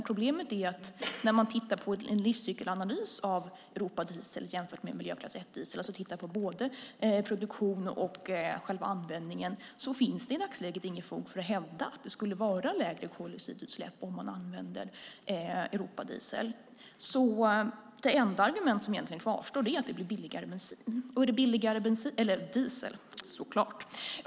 Problemet är dock att när man tittar på en livscykelanalys av Europadiesel jämfört med miljöklass 1-diesel, alltså tittar på både produktion och själva användningen, ser man att det i dagsläget inte finns något fog för att hävda att det skulle vara lägre koldioxidutsläpp vid användning av Europadiesel. Det enda argument som egentligen kvarstår är att det blir billigare diesel.